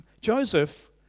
Joseph